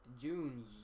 June